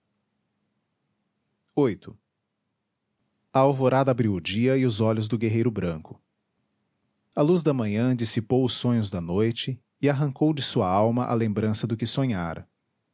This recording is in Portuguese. a alvorada abriu o dia e os olhos do guerreiro branco a luz da manhã dissipou os sonhos da noite e arrancou de sua alma a lembrança do que sonhara